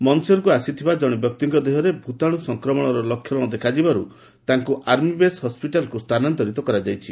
ମନେସରକୁ ଆସିଥିବା ଜଣେ ବ୍ୟକ୍ତିଙ୍କ ଦେହରେ ଭୂତାଣୁ ସଂକ୍ରମଣର ଲକ୍ଷଣ ଦେଖାଯିବାରୁ ତାଙ୍କୁ ଆର୍ମି ବେସ୍ ହସ୍ୱିଟାଲ୍କୁ ସ୍ଥାନାନ୍ତରିତ କରାଯାଇଛି